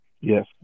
Yes